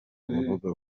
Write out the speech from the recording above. uvuga